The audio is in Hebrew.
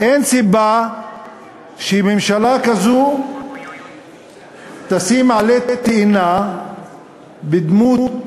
אין סיבה שממשלה כזו תשים עלה תאנה בדמות